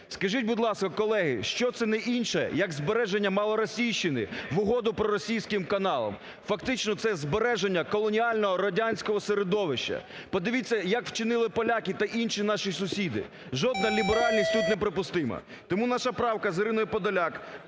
Скажіть, будь ласка, колеги, що це не інше як збереження малоросійщини в угоду проросійським каналам. Фактично це збереження колоніального радянського середовища. Подивіться як вчинили поляки та інші наші сусіди, жодна ліберальність тут неприпустима. Тому наша правка з Іриною Подоляк